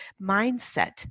mindset